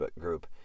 group